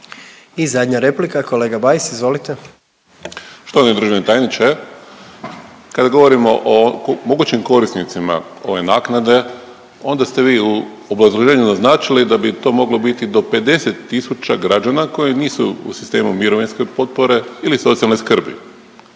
I zadnja replika, kolega Bajs, izvolite. **Bajs, Damir (Fokus)** Štovani državni tajniče, kad govorimo o mogućim korisnicima ove naknade onda ste vi u obrazloženju naznačili da bi to mogli biti do 50 tisuća građana koji nisu u sistemu mirovinske potpore ili socijalne skrbi.